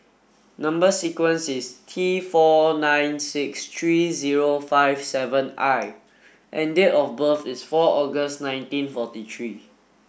number sequence is T four nine six three zero five seven I and date of birth is four August nineteen forty three